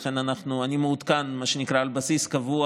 לכן אני מעודכן על בסיס קבוע,